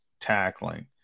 tackling